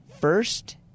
first